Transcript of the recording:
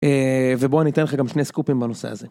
ובוא ניתן לך גם שני סקופים בנושא הזה.